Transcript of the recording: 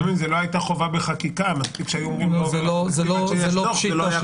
גם אם זה לא היה חובה בחקיקה - זה לא היה קורה.